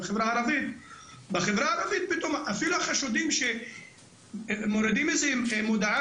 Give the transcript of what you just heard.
בחברה הערבית אפילו שהערבים מורידים איזו מודעה